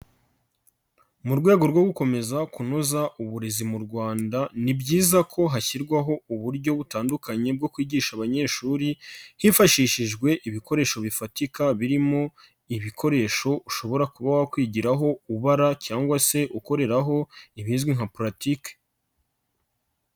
Mu rwego rwo gukomeza kunoza uburezi mu Rwanda, ni byiza ko hashyirwaho uburyo butandukanye bwo kwigisha abanyeshuri, hifashishijwe ibikoresho bifatika, birimo ibikoresho ushobora kuba wakwigiraho ubara cyangwa se ukoreraho ibizwi nka pulatike.